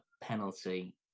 penalty